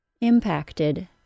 Impacted